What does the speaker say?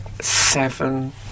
seven